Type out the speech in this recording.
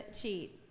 cheat